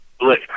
look